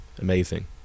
Amazing